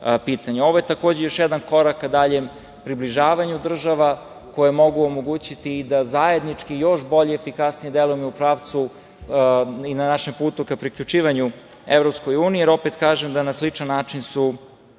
je takođe još jedan korak ka daljem približavanju država koje mogu omogućiti i da zajednički još bolje i efikasnije delujemo i u pravcu i na našem putu ka priključivanju EU, jer opet kažem da na sličan način su